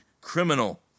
criminal